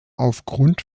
aufgrund